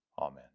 Amen